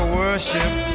worship